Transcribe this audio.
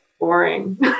boring